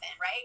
right